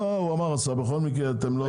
לא, אמר השר, בכל מקרה אתם לא תיפגעו.